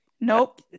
Nope